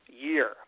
year